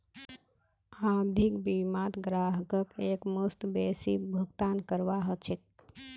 आवधिक बीमात ग्राहकक एकमुश्त बेसी भुगतान करवा ह छेक